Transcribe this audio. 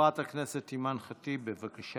חברת הכנסת אימאן ח'טיב, בבקשה.